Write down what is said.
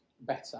better